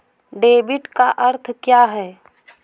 Debit का अर्थ क्या है?